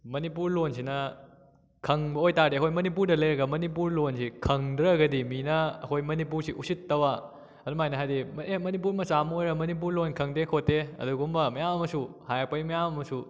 ꯃꯅꯤꯄꯨꯔ ꯂꯣꯟꯁꯤꯅ ꯈꯪꯕ ꯑꯣꯏꯇꯥꯔꯗꯤ ꯑꯩꯈꯣꯏ ꯃꯅꯤꯄꯨꯔꯗ ꯂꯩꯔꯒ ꯃꯅꯤꯄꯨꯔ ꯂꯣꯟꯁꯦ ꯈꯪꯗ꯭ꯔꯒꯗꯤ ꯃꯤꯅ ꯑꯩꯈꯣꯏ ꯃꯅꯤꯄꯨꯔꯁꯤ ꯎꯁꯤꯠꯇꯕ ꯑꯗꯨꯃꯥꯏꯅ ꯍꯥꯏꯗꯤ ꯑꯦ ꯃꯅꯤꯄꯨꯔ ꯃꯆꯥ ꯑꯃ ꯑꯣꯏꯔ ꯃꯅꯤꯄꯨꯔ ꯂꯣꯟ ꯈꯪꯗꯦ ꯈꯣꯠꯇꯦ ꯑꯗꯨꯒꯨꯝꯕ ꯃꯌꯥꯝ ꯑꯃꯁꯨ ꯍꯥꯏꯔꯛꯄꯩ ꯃꯌꯥꯝ ꯑꯃꯁꯨ